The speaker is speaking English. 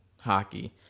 hockey